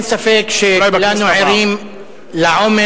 אין ספק שכולנו ערים לעומס,